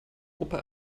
opa